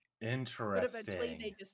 Interesting